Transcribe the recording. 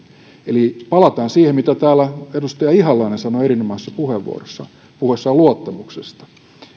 eli palataan siihen mitä täällä edustaja ihalainen sanoi erinomaisessa puheenvuorossaan puhuessaan luottamuksesta että